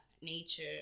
nature